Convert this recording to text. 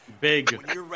Big